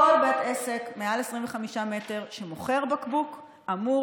כל בית עסק מעל 25 מטר שמוכר בקבוק אמור